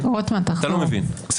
קראתי לך קריאה שלישית.